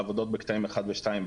העבודות בקטעים 1 ו-2,